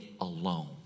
alone